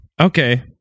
Okay